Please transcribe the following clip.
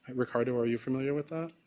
ricardo, are you familiar with that?